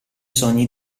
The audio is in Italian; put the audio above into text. sogni